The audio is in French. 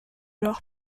leur